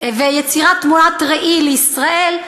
ויצירת תמונת ראי לישראל,